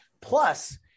Plus